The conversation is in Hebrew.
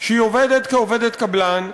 שהיא עובדת כעובדת קבלן,